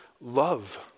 love